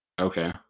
Okay